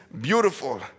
beautiful